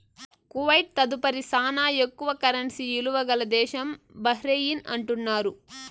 Kuwait తదుపరి శానా ఎక్కువ కరెన్సీ ఇలువ గల దేశం బహ్రెయిన్ అంటున్నారు